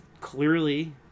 Clearly